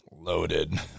Loaded